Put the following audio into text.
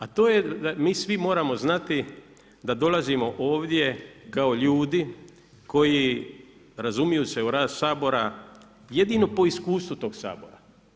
A to je da mi svi moramo znati da dolazimo ovdje kao ljudi koji razumiju se u rad Sabora jedino po iskustvu tog Sabora.